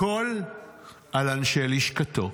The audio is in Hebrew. הכול על אנשי לשכתו.